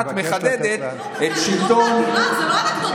את מחדדת, זו לא אנקדוטה קטנה.